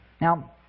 Now